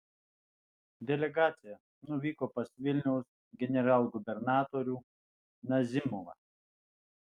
delegacija nuvyko pas vilniaus generalgubernatorių nazimovą